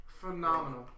Phenomenal